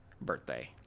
birthday